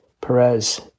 Perez